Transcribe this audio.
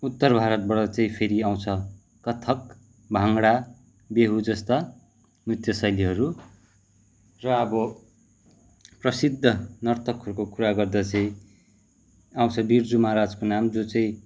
उत्तर भारतबाट चाहिँ फेरि आउँछ कथक भाङ्डा बिहु जस्ता नृत्य शैलीहरू र अब प्रसिद्ध नर्तकहरूको कुरा गर्दा चाहिँ आउँछ बिर्जु महाराजको नाम जो चाहिँ